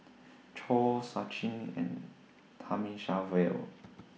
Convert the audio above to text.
Choor Sachin and Thamizhavel